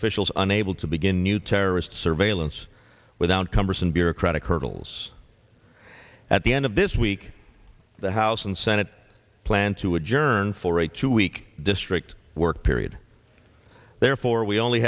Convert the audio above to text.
officials unable to begin new terrorist surveillance without cumbersome bureaucratic hurdles at the end of this week the house and senate plan to adjourn for a two week district work period therefore we only